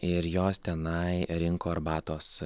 ir jos tenai rinko arbatos